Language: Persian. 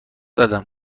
دادم